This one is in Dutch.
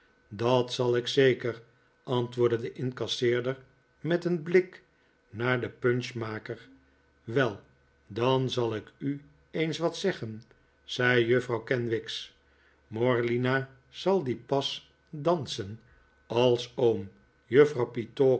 dat zal ik zeker antwoordde de incasseerder met een blik naar den punchmaker wel dan zal ik u eens wat zeggen zei juffrouw kenwigs morlina zal dien pas dansen als oom juffrouw